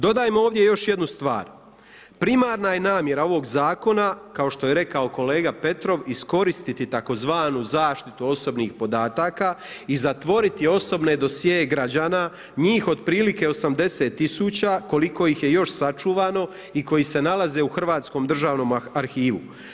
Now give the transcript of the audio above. Dodajmo ovdje još jednu stvar, primarna je namjera ovog zakona kao što je rekao kolega Petrov iskoristiti tzv. zaštitu osobnih podataka i zatvoriti osobne dosjee građana, njih otprilike 80 tisuća koliko ih je još sačuvano i koji se nalaze u hrvatskom državnom arhivu.